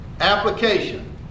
Application